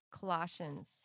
Colossians